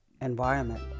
environment